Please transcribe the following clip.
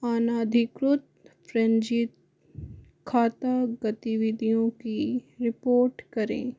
अनाधिकृत खाता गतिविधियों की रिपोर्ट करें